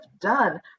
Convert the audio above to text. done